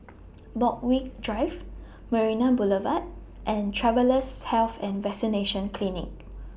Borthwick Drive Marina Boulevard and Travellers' Health and Vaccination Clinic